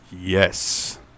yes